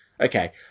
okay